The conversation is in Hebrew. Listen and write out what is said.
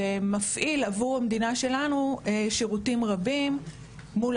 ומפעיל עבור המדינה שלנו שירותים רבים מול